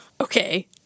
okay